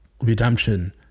Redemption